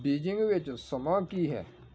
Beijing ਵਿੱਚ ਸਮਾਂ ਕੀ ਹੈ